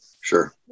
Sure